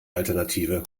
alternative